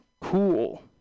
cool